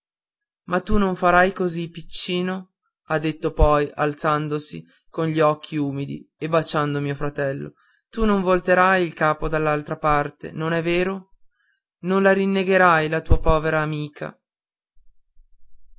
ma tu non farai così piccino ha detto poi alzandosi con gli occhi umidi e baciando mio fratello tu non la volterai la testa dall'altra parte non è vero non la rinnegherai la tua povera amica